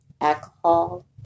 alcohol